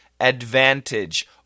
advantage